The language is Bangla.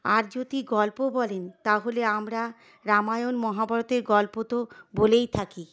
আর যদি গল্প বলেন তাহলে আমরা রামায়ণ মহাভারতের গল্প তো বলেই থাকি